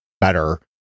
better